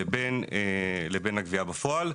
לבין הגבייה בפועל.